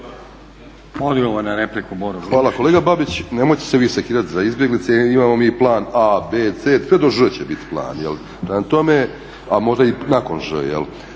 Hvala. Kolega Babić nemojte se vi sekirati za izbjeglice, imamo mi plan A, B, C sve do Ž će biti plan a možda i nakon Ž